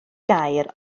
gaer